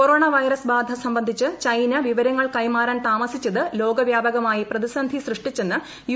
corona virus ബാധ സംബൃസ്ഡിച്ച് China വിവരങ്ങൾ കൈമാറാൻ താമസിച്ചത് ലോകവ്യാപ്ക്മായി പ്രതിസന്ധി സൃഷ്ടിച്ചെന്ന് യു